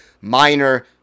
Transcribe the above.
minor